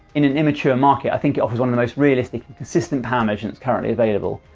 in an immature market, i think it offers one of the most realistic and consistent power measurements currently available,